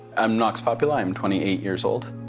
i'm nox populi. i'm twenty eight years old.